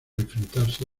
enfrentarse